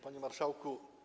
Panie Marszałku!